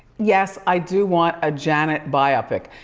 yes, i do want a janet biopic.